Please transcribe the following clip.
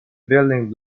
building